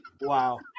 Wow